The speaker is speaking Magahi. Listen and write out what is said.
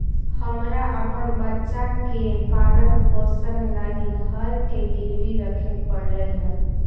हमरा अपन बच्चा के पालन पोषण लागी घर के गिरवी रखे पड़लई हल